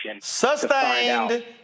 Sustained